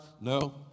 No